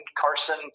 Carson